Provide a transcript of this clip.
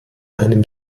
einem